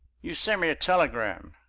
you sent me a telegram,